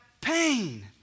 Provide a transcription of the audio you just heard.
pain